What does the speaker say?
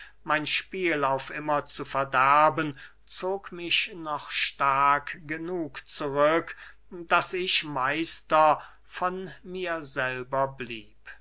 mein spiel auf immer zu verderben zog mich noch stark genug zurück daß ich meister von mir selber blieb